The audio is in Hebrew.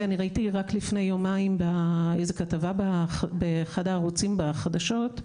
ראיתי רק לפני יומיים כתבה באחד הערוצים בחדשות,